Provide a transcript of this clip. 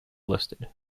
listed